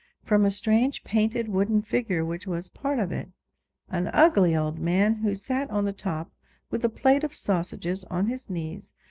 from a strange painted wooden figure which was part of it an ugly old man, who sat on the top with a plate of sausages on his knees,